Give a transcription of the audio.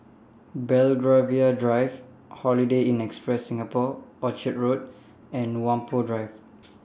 Belgravia Drive Holiday Inn Express Singapore Orchard Road and Whampoa Drive